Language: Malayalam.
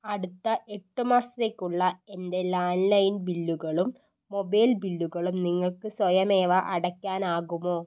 അടുത്ത എട്ട് മാസത്തേക്കുള്ള എൻ്റെ ലാൻഡ്ലൈൻ ബില്ലുകളും മൊബൈൽ ബില്ലുകളും നിങ്ങൾക്ക് സ്വയമേവ അടയ്ക്കാനാകുമോ